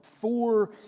four